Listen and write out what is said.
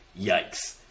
Yikes